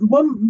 one